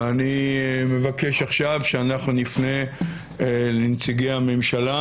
ואני מבקש עכשיו שאנחנו נפנה לנציגי הממשלה